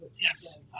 Yes